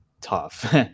tough